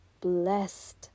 blessed